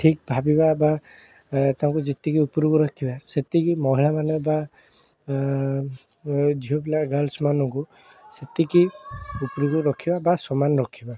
ଠିକ୍ ଭାବିବା ବା ତାଙ୍କୁ ଯେତିକି ଉପରକୁ ରଖିବା ସେତିକି ମହିଳାମାନେ ବା ଝିଅ ପିଲା ଗାର୍ଲସମାନଙ୍କୁ ସେତିକି ଉପରକୁ ରଖିବା ବା ସମାନ ରଖିବା